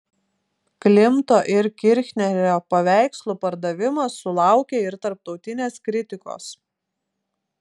klimto ir kirchnerio paveikslų pardavimas sulaukė ir tarptautinės kritikos